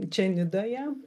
čia nidoje